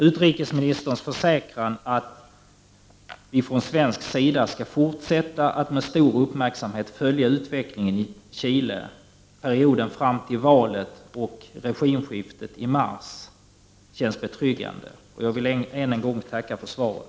Utrikesministerns försäkran att vi från svensk sida skall fortsätta att med stor uppmärksamhet följa utvecklingen i Chile under perioden fram till valet och regimskiftet i mars känns betryggande. Jag vill än en gång tacka för svaret.